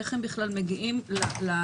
איך הם בכלל מגיעים לשלב